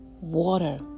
Water